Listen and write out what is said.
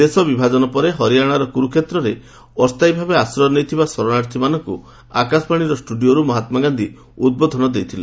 ଦେଶ ବିଭାଜନ ପରେ ହରିୟାଣାର କୁରୁକ୍ଷେତ୍ରରେ ଅସ୍ଥାୟୀ ଭାବେ ଆଶ୍ରୟ ନେଇଥିବା ଶରଣାର୍ଥୀମାନଙ୍କୁ ଆକାଶବାଣୀର ଷ୍ଟୁଡିଓରୁ ମହାତ୍ମାଗାନ୍ଧି ଉଦ୍ବୋଧନ ଦେଇଥିଲେ